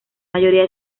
mayoría